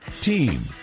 Team